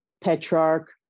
Petrarch